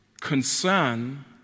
concern